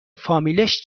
فامیلش